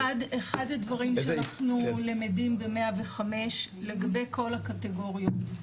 אחד הדברים שאנחנו למדים ב- 105 לגבי כל הקטגוריות,